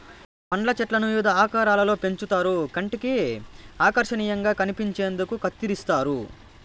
పండ్ల చెట్లను వివిధ ఆకారాలలో పెంచుతారు కంటికి ఆకర్శనీయంగా కనిపించేందుకు కత్తిరిస్తారు